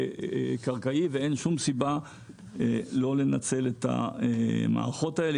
כקרקעי ואין שום סיבה לא לנצל את המערכות האלה.